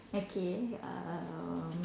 okay um